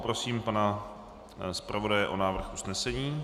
Poprosím pana zpravodaje o návrh usnesení.